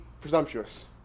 presumptuous